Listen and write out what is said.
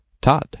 Todd